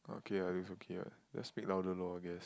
okay ah it's okay what just speak louder lor I guess